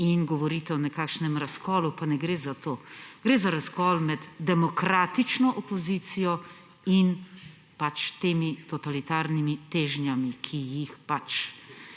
in govorite o nekakšnem razkolu. Pa ne gre za to. Gre za razkol med demokratično opozicijo in temi totalitarnimi težnjami, ki jih pač